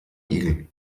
igel